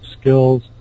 skills